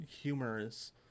humorous